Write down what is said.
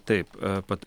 taip pat